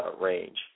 range